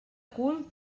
cul